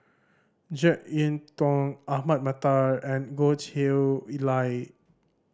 Jek Yeun Thong Ahmad Mattar and Goh Chiew Lye